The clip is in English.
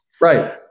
Right